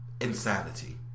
insanity